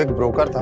like broker. but